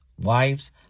wives